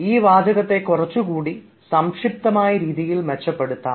ഈ വാചകത്തെ കുറച്ചുകൂടി സംക്ഷിപ്തമായ രീതിയിൽ മെച്ചപ്പെടുത്താം